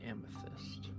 Amethyst